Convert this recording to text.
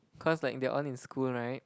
cause like they are all in school right